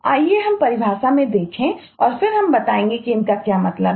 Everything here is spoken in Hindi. आइए हम परिभाषा में देखें और फिर हम बताएंगे कि उनका क्या मतलब है